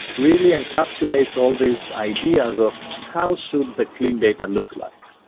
really encapsulates all these ideas of how should the clean data look like.